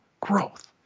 growth